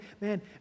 Man